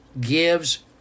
gives